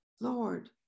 Lord